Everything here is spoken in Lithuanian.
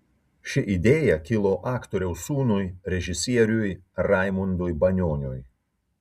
ši idėja kilo aktoriaus sūnui režisieriui raimundui banioniui